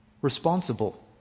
responsible